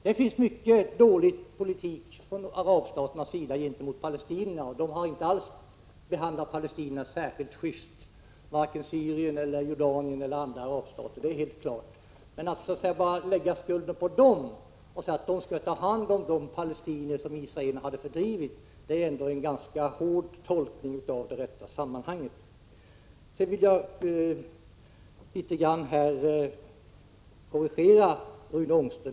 Det finns mycket som är dåligt i arabstaternas politik gentemot palestinierna. Dessa har inte alls behandlats särskilt just, varken av Syrien, Jordanien eller andra arabstater. Detta är helt klart. Men att lägga skulden enbart på arabstaterna och säga att arabstaterna borde ha tagit hand om de palestinier som Israel fördrivit innebär ändå en ganska hård bedömning av sakförhållandet. Sedan vill jag korrigera Rune Ångström.